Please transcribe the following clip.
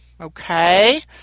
Okay